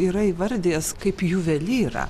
yra įvardijęs kaip juvelyrą